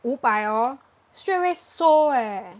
五百 hor straight away sold eh